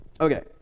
Okay